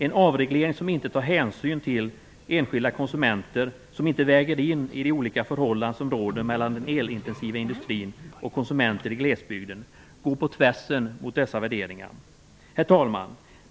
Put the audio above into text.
En avreglering som inte tar hänsyn till enskilda konsumenter och som inte väger in de olika förhållanden som råder inom den elintensiva industrin och konsumenter i glesbygden går på tvärs mot dessa värderingar. Herr talman!